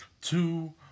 two